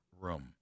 room